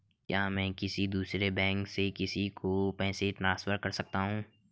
क्या मैं किसी दूसरे बैंक से किसी को पैसे ट्रांसफर कर सकता हूं?